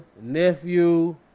nephew